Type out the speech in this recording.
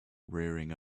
rearing